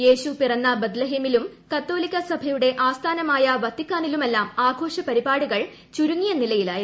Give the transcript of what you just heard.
യേശു പിറന്ന ബെത് ലഹേമിലും കത്തോലിക്കാ ്സ്ട്രയുടെ ആസ്ഥാനമായ വത്തിക്കാനിലുമെല്ലാം ആഘോഷപരിപാടികൾ ചുരുങ്ങിയ നിലയിലായിരുന്നു